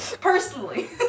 Personally